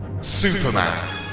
Superman